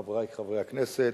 חברי חברי הכנסת,